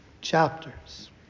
chapters